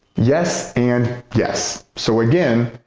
yes, and yes, so again,